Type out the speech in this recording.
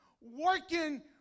working